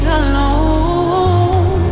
alone